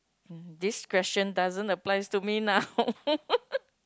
mm this question does not applies to me now